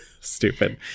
Stupid